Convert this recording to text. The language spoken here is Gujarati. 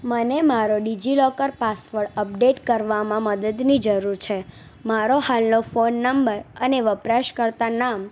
મને મારો ડિજિલોકર પાસવડ અપડેટ કરવામાં મદદની જરુર છે મારો હાલનો ફોન નંબર અને વપરાશકર્તા નામ